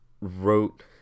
wrote